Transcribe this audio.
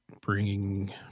bringing